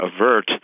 avert